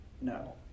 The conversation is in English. No